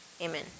amen